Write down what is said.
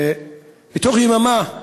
בתוך יממה,